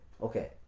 Okay